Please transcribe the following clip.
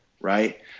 Right